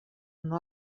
una